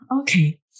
okay